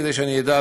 כדי שאני אדע,